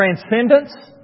transcendence